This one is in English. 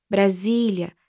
Brasília